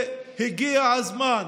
הגיע הזמן,